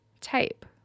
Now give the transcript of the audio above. Type